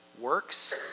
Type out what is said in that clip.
works